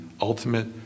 ultimate